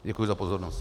Děkuji za pozornost.